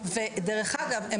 דרך אגב,